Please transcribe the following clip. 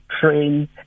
train